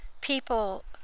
people